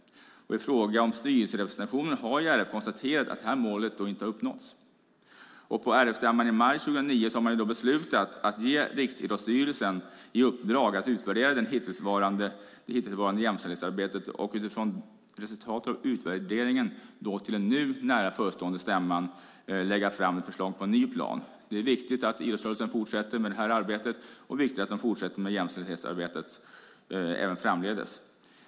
I fråga om styrelserepresentation har RF konstaterat att det målet inte har uppnåtts. På RF-stämman i maj 2009 beslutades därför att ge Riksidrottsstyrelsen i uppdrag att utvärdera det hittillsvarande jämställdhetsarbetet och utifrån resultatet av utvärderingen till den nu nära förestående stämman lägga fram ett förslag till ny plan. Det är viktigt att idrottsrörelsen fortsätter med jämställdhetsarbetet framdeles.